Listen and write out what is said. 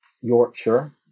Yorkshire